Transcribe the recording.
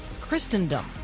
Christendom